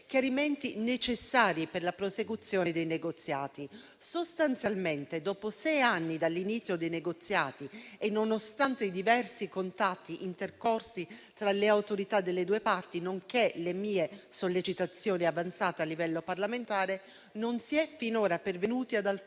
chiarimenti necessari per la prosecuzione dei negoziati. Sostanzialmente, dopo sei anni dall'inizio dei negoziati e nonostante i diversi contatti intercorsi tra le autorità delle due parti, nonché le mie sollecitazioni avanzate a livello parlamentare, non si è finora pervenuti ad alcuna